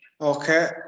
Okay